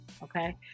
Okay